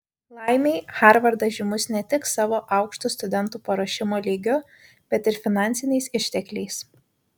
laimei harvardas žymus ne tik savo aukštu studentų paruošimo lygiu bet ir finansiniais ištekliais